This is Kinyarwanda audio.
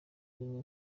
rimwe